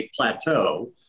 Plateau